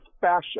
fashion